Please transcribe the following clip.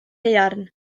haearn